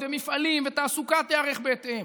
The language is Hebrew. מפעלים ותעסוקה ייערכו בהתאם.